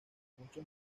muchos